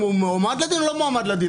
אם הוא מועמד לדין או לא מועמד לדין.